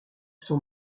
sont